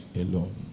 alone